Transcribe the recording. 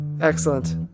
Excellent